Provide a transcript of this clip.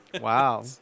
Wow